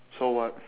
so what